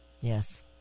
Yes